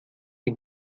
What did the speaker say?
dem